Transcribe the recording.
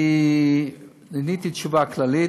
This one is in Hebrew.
אני עניתי תשובה כללית.